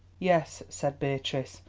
yes? said beatrice,